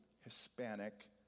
Hispanic